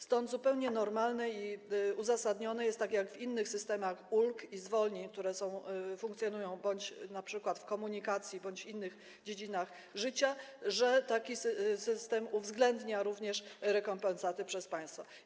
Stąd zupełnie normalne i uzasadnione jest, tak jak w innych systemach ulg i zwolnień, które funkcjonują bądź np. w komunikacji, bądź w innych dziedzinach życia, że taki system uwzględnia również rekompensaty ze strony państwa.